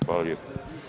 Hvala lijepo.